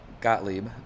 Gottlieb